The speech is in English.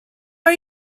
are